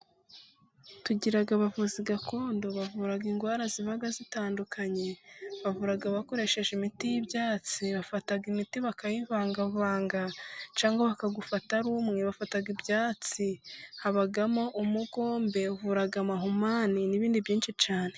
Tugira abavuzi gakondo， bavura indwara ziba zitandukanye. Bavura bakoresheje imiti y'ibyatsi. Bafata imiti bakayivangavanga， cyangwa bakawufata ari umwe，bafata ibyatsi， habamo umugombe， uvura amahumane, n'ibindi byinshi cyane.